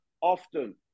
often